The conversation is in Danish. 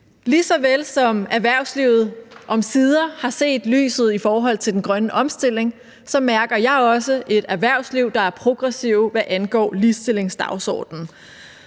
Lige så vel som erhvervslivet omsider har set lyset i forhold til den grønne omstilling, mærker jeg også et erhvervsliv, der er progressive, hvad angår ligestillingsdagsordenen,